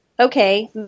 Okay